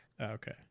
Okay